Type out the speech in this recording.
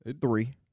Three